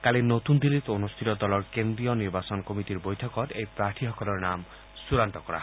কালি নতুন দিল্লীত অনুষ্ঠিত দলৰ কেন্দ্ৰীয় নিৰ্বাচন কমিটীৰ বৈঠকত এই প্ৰাৰ্থীসকলৰ নাম চূড়ান্ত কৰা হয়